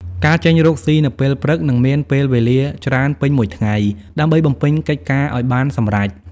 ការចេញរកស៊ីនៅពេលព្រឹក និងមានពេលវេលាច្រើនពេញមួយថ្ងៃដើម្បីបំពេញកិច្ចការឱ្យបានសម្រេច ។